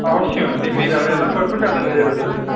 అవశ్యం అండి మీరు ఎ ఎలా కోరుకుంటే అలాగే జరుగుతుంది